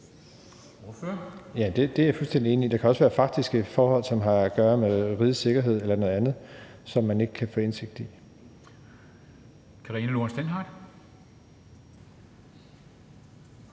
Bruus (S): Ja, det er jeg fuldstændig enig i. Der kan også være faktiske forhold, som har at gøre med rigets sikkerhed eller noget andet, som man ikke kan få indsigt i. Kl. 11:19 Formanden